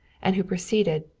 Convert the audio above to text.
and who proceeded,